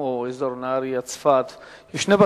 כמו אזור נהרייה וצפת,